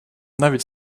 навіть